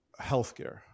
healthcare